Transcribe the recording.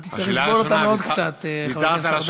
אתה תצטרך לסבול אותנו עוד קצת, חבר הכנסת ארדן.